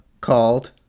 called